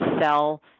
sell